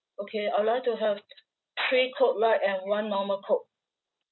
okay I would like to have three coke light and one normal coke